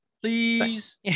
please